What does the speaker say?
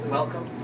welcome